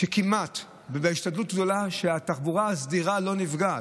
הייתה השתדלות גדולה שהתחבורה הסדירה לא תיפגע.